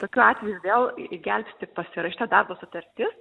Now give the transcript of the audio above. tokiu atveju vėl išgelbsti pasirašyta darbo sutartis